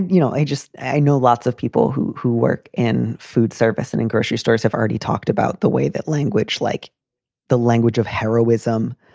you know, i just i know lots of people who who work in food service and in grocery stores have already talked about the way that language, like the language of heroism,